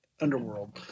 underworld